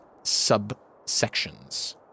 subsections